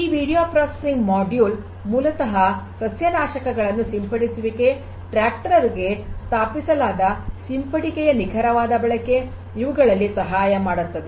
ಈ video processing module ಮೂಲತಃ ಸಸ್ಯನಾಶಕಗಳನ್ನು ಸಿಂಪಡಿಸುವಿಕೆ ಟ್ರ್ಯಾಕ್ಟರ್ ಗೆ ಸ್ಥಾಪಿಸಲಾದ ಸಿಂಪಡಿಕೆಯ ನಿಖರವಾದ ಬಳಕೆ ಇವುಗಳಲ್ಲಿ ಸಹಾಯ ಮಾಡುತ್ತದೆ